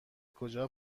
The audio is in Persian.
کجا